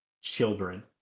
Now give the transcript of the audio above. children